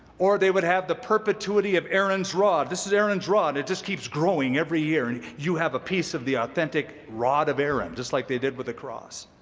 or they would have the perpetuity of aaron's rod this is aaron's rod. it just keeps growing every year. and you have a piece of the authentic rod of aaron, just like they did with the cross.